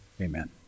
Amen